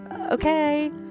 Okay